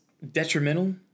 Detrimental